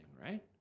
right